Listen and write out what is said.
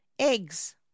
Eggs